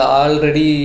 already